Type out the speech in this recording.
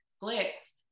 clicks